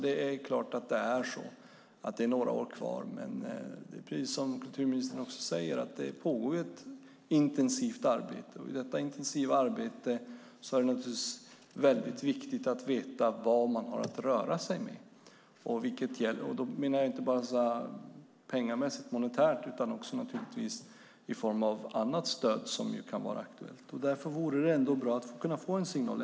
Det är klart att det är några år kvar, men precis som kulturministern säger pågår ett intensivt arbete. I detta intensiva arbete är det naturligtvis väldigt viktigt att veta vad man har att röra sig med. Då menar jag inte bara monetärt utan också i form av annat stöd som kan vara aktuellt. Därför vore det ändå bra att få en signal.